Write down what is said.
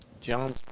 John